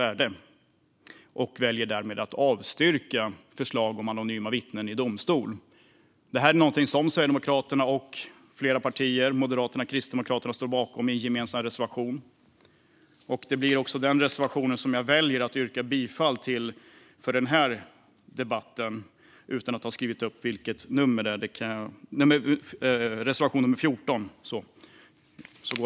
Därmed väljer man att avstyrka förslag om anonyma vittnen i domstol. Detta är någonting som Sverigedemokraterna, Moderaterna och Kristdemokraterna står bakom i en gemensam reservation, och jag väljer att yrka bifall till reservation 14.